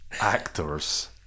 actors